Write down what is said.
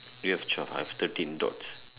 do you have twelve I have thirteen dots